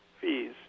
fees